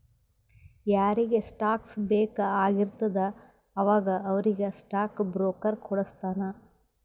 ಯಾರಿಗ್ ಸ್ಟಾಕ್ಸ್ ಬೇಕ್ ಆಗಿರ್ತುದ ಅವಾಗ ಅವ್ರಿಗ್ ಸ್ಟಾಕ್ ಬ್ರೋಕರ್ ಕೊಡುಸ್ತಾನ್